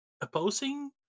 opposing